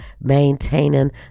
maintaining